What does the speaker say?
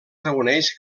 reuneix